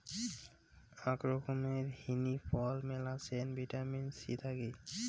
আক রকমের হিনি ফল মেলাছেন ভিটামিন সি থাকি